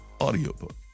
audiobook